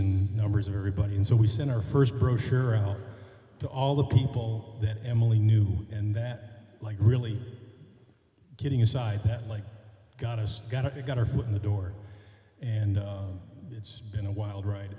and numbers of everybody and so we sent our first brochure out to all the people that emily knew and that like really getting a side that like got us got it got our foot in the door and it's been a wild ride